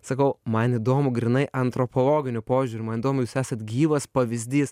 sakau man įdomu grynai antropologiniu požiūriu man įdomu jūs esat gyvas pavyzdys